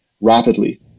rapidly